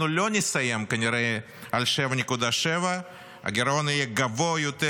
אנחנו לא נסיים כנראה על 7.7%. הגירעון יהיה גבוה יותר,